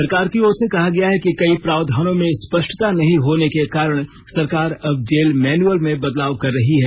सरकार की ओर से कहा गया है कि कई प्रावधानों में स्पष्टता नहीं होने के कारण सरकार अब जेल मैनुअल में बदलाव कर रही है